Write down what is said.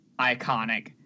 iconic